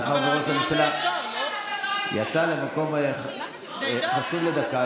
מאחר שראש הממשלה יצא למקום חשוב לדקה,